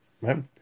right